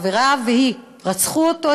והיא וחבר שלה רצחו אותו,